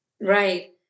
Right